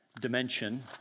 Dimension